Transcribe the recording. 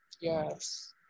Yes